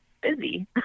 busy